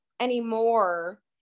Anymore